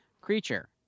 creature